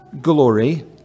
glory